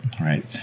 Right